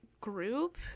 group